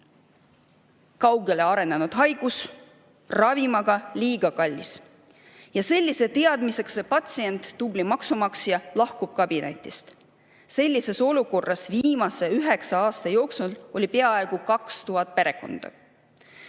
kaugele arenenud haigus, ravim aga liiga kallis." Ja sellise teadmisega see patsient, tubli maksumaksja, lahkub kabinetist. Sellises olukorras on viimase üheksa aasta jooksul olnud peaaegu 2000 perekonda.